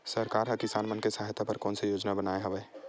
सरकार हा किसान मन के सहायता बर कोन सा योजना बनाए हवाये?